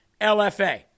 LFA